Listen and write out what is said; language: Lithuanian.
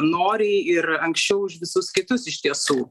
noriai ir anksčiau už visus kitus iš tiesų